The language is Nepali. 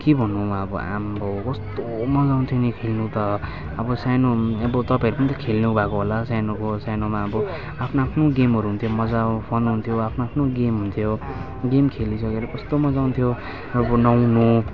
के भन्नु म अब आम्बो कस्तो मज्जा आउँथ्यो नि खेल्नु त अब सानो अब तपाईँहरू पनि त खेल्नु भएको होला सानोको सानोमा अब आफ्नो आफ्नो गेमहरू हुन्थ्यो मज्जाको फन हुन्थ्यो आफ्नो आफ्नो गेम हुन्थ्यो गेम खेलिसकेर कस्तो मज्जा आउँथ्यो अब नुहाउनु